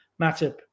Matip